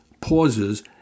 pauses